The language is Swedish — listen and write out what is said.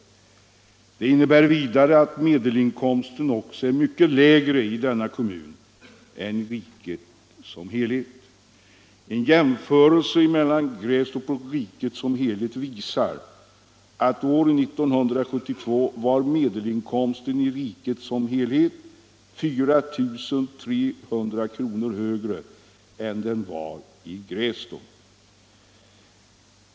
Vidare betyder det att medelinkomsten är mycket lägre i Grästorps kommun än i riket som helhet. En jämförelse visar att år 1972 var medelinkomsten i riket som helhet 4 300 kr. högre än den var i Grästorp.